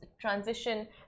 transition